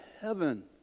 heaven